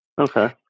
Okay